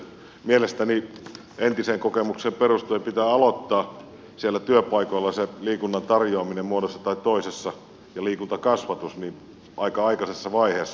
mielestäni entisen kokemuksen perusteella se liikunnan tarjoaminen ja liikuntakasvatus pitää aloittaa siellä työpaikoilla muodossa tai toisessa aika aikaisessa vaiheessa